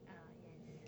ah yes